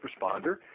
responder